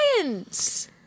science